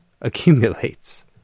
accumulates